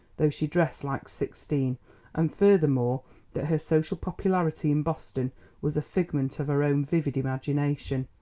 though she dressed like sixteen and furthermore that her social popularity in boston was a figment of her own vivid imagination.